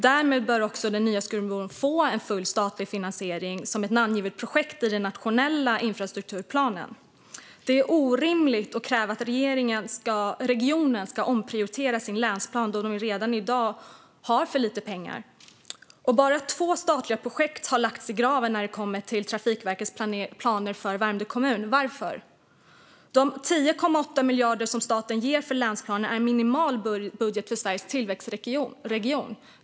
Därmed bör nya Skurubron få full statlig finansiering som ett namngivet projekt i den nationella infrastrukturplanen. Det är orimligt att kräva att regionen ska omprioritera sin länsplan då den redan i dag har för lite pengar. Bara två statliga projekt har lagts i graven när det kommer till Trafikverkets planer för Värmdö kommun. Varför? De 10,8 miljarder som staten ger i länsplanen är en minimal budget för Sveriges tillväxtregion.